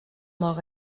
molt